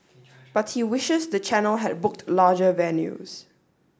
but he wishes the channel had booked larger venues